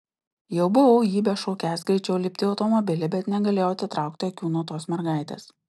jau buvau jį bešaukiąs greičiau lipti į automobilį bet negalėjau atitraukti akių nuo tos mergaitės